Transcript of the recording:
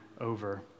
over